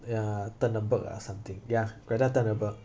ya turn a burg ah something ya greta thunberg